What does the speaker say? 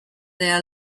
their